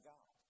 God